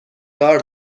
دار